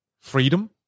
freedom